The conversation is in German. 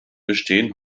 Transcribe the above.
bestehen